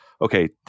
okay